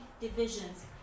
divisions